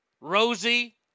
Rosie